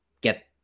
get